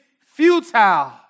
futile